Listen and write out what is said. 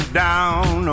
down